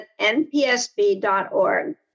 npsb.org